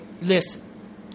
Listen